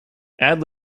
add